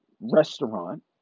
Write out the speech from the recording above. restaurant